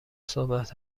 صحبت